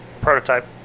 Prototype